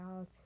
out